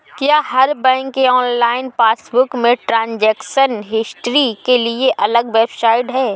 क्या हर बैंक के ऑनलाइन पासबुक में ट्रांजेक्शन हिस्ट्री के लिए अलग वेबसाइट है?